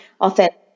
authentic